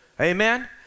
amen